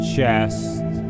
Chest